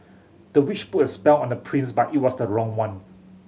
the witch put a spell on the prince but it was the wrong one